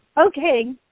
Okay